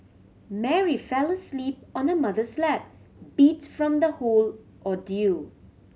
Mary fell asleep on her mother's lap beat from the whole ordeal